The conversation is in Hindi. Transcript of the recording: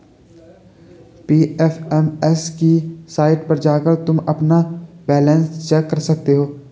पी.एफ.एम.एस की साईट पर जाकर तुम अपना बैलन्स चेक कर सकते हो